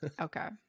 Okay